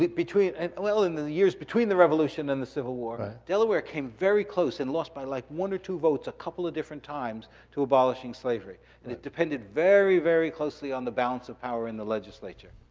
between, and well, in the the years between the revolution and the civil war, ah delaware came very close and lost by like one or two votes a couple of different times to abolishing slavery. and it depended very, very closely on the balance of power in the legislature.